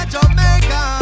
Jamaica